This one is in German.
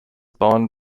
bauern